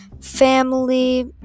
family